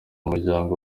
muryango